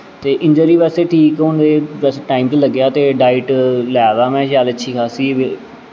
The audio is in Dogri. ते इंजरी बैसे ठीक होने बैसै टाईम ते लग्गेआ ते डाईट लै दा हा में शैल अच्छी खास्सी